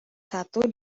satu